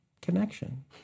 connection